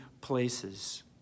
places